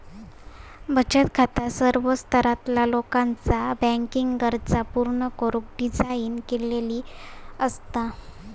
बचत खाता सर्व स्तरातला लोकाचा बँकिंग गरजा पूर्ण करुक डिझाइन केलेली असता